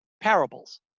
parables